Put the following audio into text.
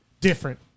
different